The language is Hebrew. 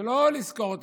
זה לא לקנות אותם,